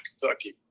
Kentucky